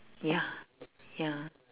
ya ya